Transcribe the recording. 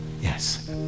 yes